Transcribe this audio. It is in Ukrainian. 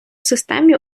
системі